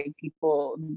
people